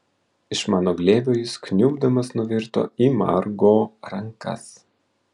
iš mano glėbio jis kniubdamas nuvirto į margo rankas